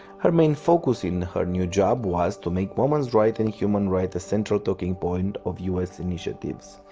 her main focus in her new job was, to make women's rights and human rights a central talking point of u s. initiatives.